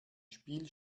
spiel